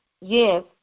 Yes